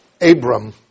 Abram